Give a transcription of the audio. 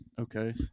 Okay